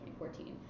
2014